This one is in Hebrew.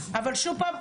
שוב פעם,